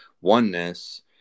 oneness